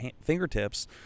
fingertips